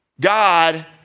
God